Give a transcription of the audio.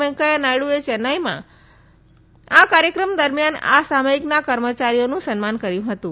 વેકૈયાહ નાયડુએ ચેન્નાઇમાં આ કાર્યક્રમ દરમિયાન આ સામયિકના કર્મચારીઓનું સન્માન કર્યુ હતું